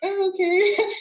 okay